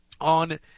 on